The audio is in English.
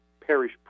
parish